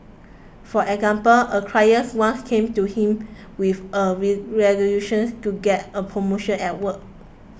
for example a client once came to him with a resolution to get a promotion at work